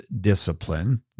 discipline